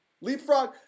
leapfrog